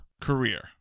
career